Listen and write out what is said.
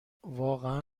واقعا